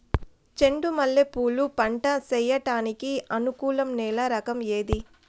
చెండు మల్లె పూలు పంట సేయడానికి అనుకూలం నేల రకం ఏది